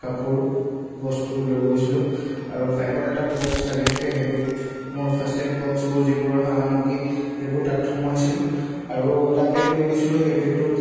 কাপোৰ বস্তু লৈ গৈছিলোঁ আৰু বাইকত এটা বক্স লাগিয়েই থাকে সেইটোত মোৰ ফাৰ্ষ্ট এইড বক্স যিবোৰ সা সামগ্ৰী সেইবোৰ তাত সোমাইছিলোঁ আৰু এটা বেগ লৈ লৈগিছোঁ সেই বেগটোত